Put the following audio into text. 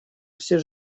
все